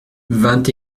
vingt